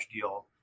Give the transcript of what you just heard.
deal